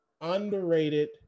underrated